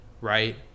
right